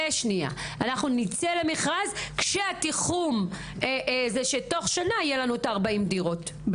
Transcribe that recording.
למכרז שהתיחום שתוך שנה יהיו לנו 40 דירות,